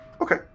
Okay